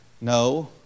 No